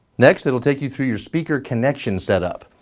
next it'll take you through your speaker connection setup,